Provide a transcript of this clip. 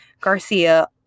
Garcia